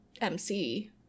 mc